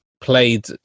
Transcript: played